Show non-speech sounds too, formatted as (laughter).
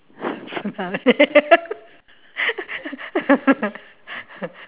(laughs)